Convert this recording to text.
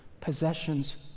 Possessions